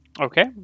Okay